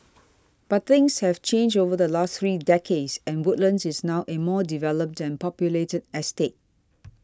but things have changed over the last three decades and Woodlands is now a more developed and populated estate